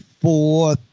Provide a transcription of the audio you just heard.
four